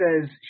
says